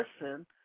listen